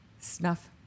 snuff